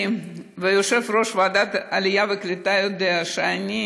יושב-ראש ועדת העלייה והקליטה יודע שאני